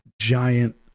giant